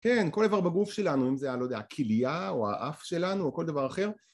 כן, כל איבר בגוף שלנו, אם זה, אני לא יודע, הכליה או האף שלנו או כל דבר אחר.